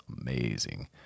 amazing